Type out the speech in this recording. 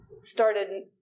started